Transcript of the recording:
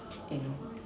eh no